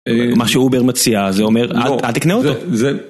מה שאובר מציעה, זה אומר, בוא - אל תקנה אוטו.